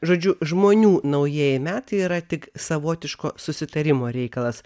žodžiu žmonių naujieji metai yra tik savotiško susitarimo reikalas